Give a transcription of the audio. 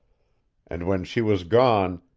and when she was gone,